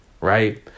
right